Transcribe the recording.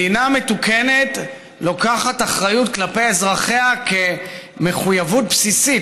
מדינה מתוקנת לוקחת אחריות כלפי אזרחיה כמחויבות בסיסית.